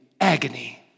agony